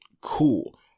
Cool